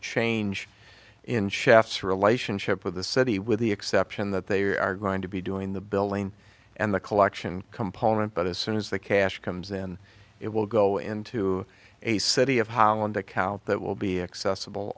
change in chef's relationship with the city with the exception that they are going to be doing the billing and the collection component but as soon as the cash comes in it will go into a city of holland account that will be accessible